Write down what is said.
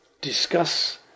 discuss